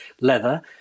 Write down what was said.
leather